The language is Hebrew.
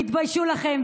תתביישו לכם.